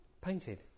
painted